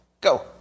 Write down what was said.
Go